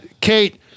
kate